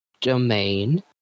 domain